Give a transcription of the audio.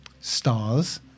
stars